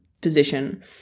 position